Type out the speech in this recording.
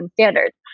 standards